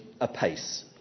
apace